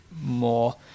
more